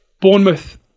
Bournemouth